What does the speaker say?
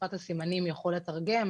בשפת הסימנים יכול לתרגם,